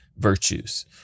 virtues